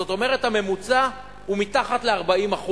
זאת אומרת, הממוצע הוא מתחת ל-40%.